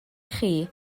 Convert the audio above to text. chi